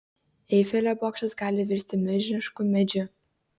eifelio bokštas gali virsti milžinišku medžiu